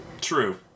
true